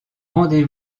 rendez